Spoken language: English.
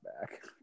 back